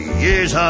years